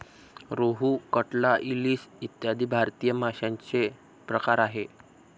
रोहू, कटला, इलीस इ भारतीय माशांचे प्रकार आहेत